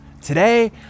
Today